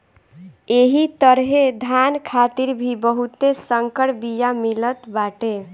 एही तरहे धान खातिर भी बहुते संकर बिया मिलत बाटे